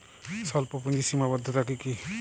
স্বল্পপুঁজির সীমাবদ্ধতা কী কী?